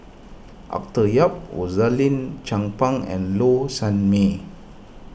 Arthur Yap Rosaline Chan Pang and Low Sanmay